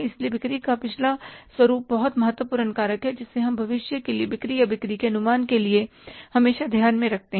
इसलिए बिक्री का पिछला स्वरूप पहला महत्वपूर्ण कारक है जिसे हम भविष्य के लिए बिक्री या बिक्री के अनुमान के लिए हमेशा ध्यान में रखते हैं